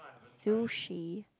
sushi